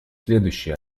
следующие